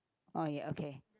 oh ya okay